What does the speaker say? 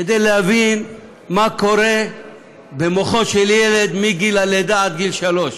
כדי להבין מה קורה במוחו של ילד מגיל הלידה עד גיל שלוש.